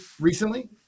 recently